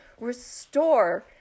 restore